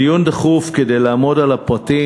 דיון דחוף כדי לעמוד על הפרטים.